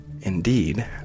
Indeed